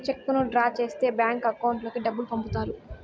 చెక్కును డ్రా చేస్తే bank account లోకి డబ్బులు పంపుతారు